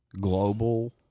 global